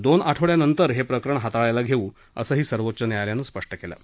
दोन आठवड्यानंतर हे प्रकरण हाताळायला घेऊ असंही सर्वोच्च न्यायालयानं म्हटलं आहे